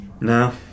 No